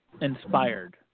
inspired